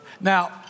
now